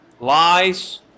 Lies